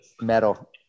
metal